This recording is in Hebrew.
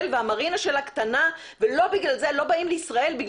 והמרינה שלה קטנה ולא בגלל זה לא באים לישראל.